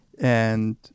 And-